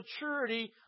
maturity